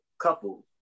couple